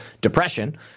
depression